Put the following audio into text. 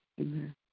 Amen